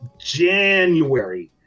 January